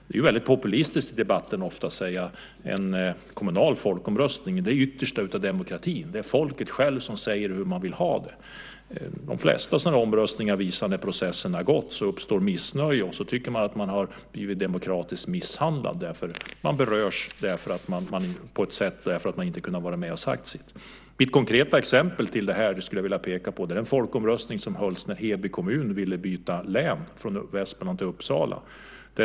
Det är ofta väldigt populistiskt i debatten att säga att en kommunal folkomröstning är det yttersta av demokratin. Det är folket självt som säger hur det vill ha det. De flesta omröstningar visar att när processen har skett så uppstår missnöje. Man tycker att man har blivit demokratiskt misshandlad. Man berörs på ett sätt fastän man inte har kunnat vara med och säga sitt. Mitt konkreta exempel som jag skulle vilja peka på är den folkomröstning som hölls när Heby kommun ville byta län från Västmanland till Uppsala.